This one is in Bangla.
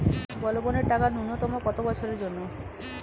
বলবনের টাকা ন্যূনতম কত বছরের জন্য?